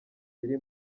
biri